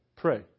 pray